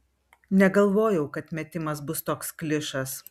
negalvojau kad metimas bus toks klišas